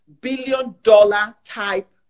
Billion-dollar-type